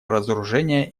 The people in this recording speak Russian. разоружения